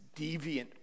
deviant